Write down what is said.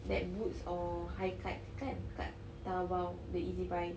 that boot or high like kan kat Taobao the ezbuy